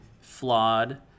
flawed